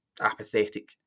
apathetic